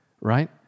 right